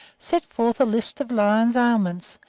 set forth a list of lions' ailments,